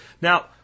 Now